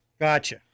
Gotcha